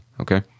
okay